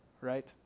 right